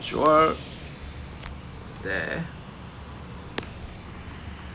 sure there